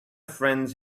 friends